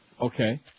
Okay